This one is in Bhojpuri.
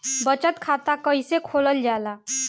बचत खाता कइसे खोलल जाला?